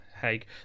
Haig